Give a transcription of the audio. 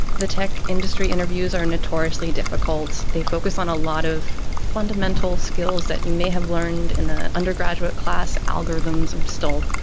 the tech industry interviews are notoriously difficult. they focus on a lot of fundamental skills that you may have learned in an undergraduate class. algorithms. um well,